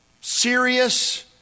serious